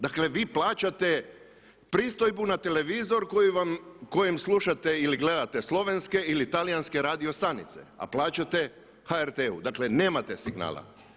Dakle vi plaćate pristojbu na televizor na kojem slušate ili gledate slovenske ili talijanske radio stanice a plaćate HRT-u, dakle nemate signala.